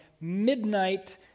midnight